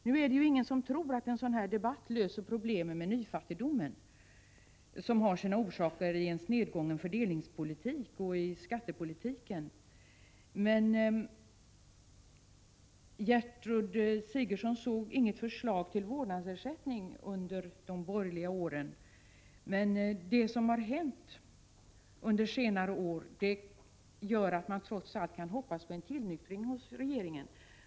Nu är det ingen som tror att en sådan här debatt löser problemen med nyfattigdomen, som har sina orsaker i en snedgången fördelningspolitik och i skattepolitiken. Det som har hänt under senare år gör att man trots allt kan hoppas på en tillnyktring hos regeringen.